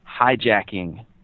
hijacking